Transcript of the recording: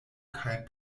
kaj